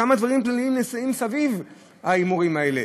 כמה דברים פליליים נעשים מסביב ההימורים האלה.